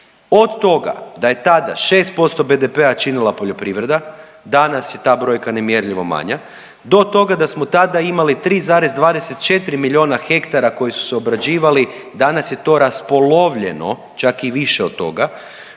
od toga da je tada 6% BDP-a činila poljoprivreda. Danas je ta brojka nemjerljivo manja, do toga da smo tada imali 3,24 milijuna hektara koji su se obrađivali. Danas je to raspolovljeno, čak i više od toga.